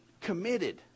committed